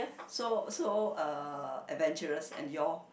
so so uh adventurous and you all